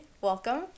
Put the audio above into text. Welcome